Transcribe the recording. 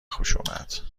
خشونت